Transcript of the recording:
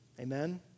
Amen